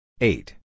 Eight